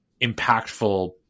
impactful